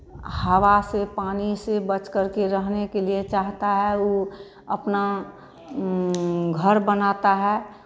हवा से पानी से बच करके रहने के लिए चाहता है वो अपना घर है